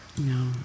No